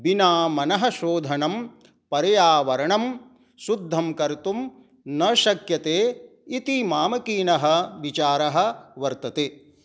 विना मनः शोधनं पर्यावरणं शुद्धं कर्तुं न शक्यते इति मामकीनः विचारः वर्तते